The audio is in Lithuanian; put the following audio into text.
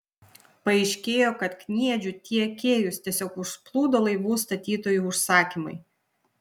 paaiškėjo kad kniedžių tiekėjus tiesiog užplūdo laivų statytojų užsakymai